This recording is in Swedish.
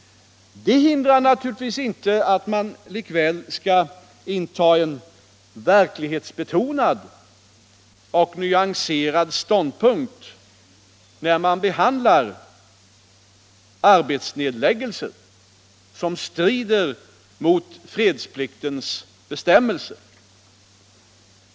Det hindrar emellertid inte att man skall inta en verklighetsförankrad och nyanserad ståndpunkt när man behandlar arbetsnedläggelser som strider mot fredsplikten.